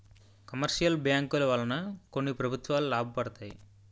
commercial బ్యాంకుల వలన కొన్ని ప్రభుత్వాలు లాభపడతాయి